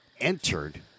entered